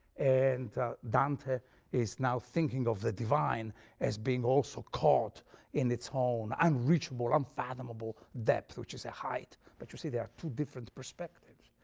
and dante is now thinking of the divine as being also caught in its own and unreachable, unfathomable depth, which is a height, but you see there are two different perspectives.